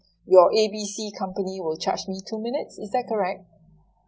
your A B C company will charge me two minutes is that correct